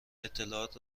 اطلاعات